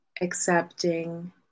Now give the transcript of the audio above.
accepting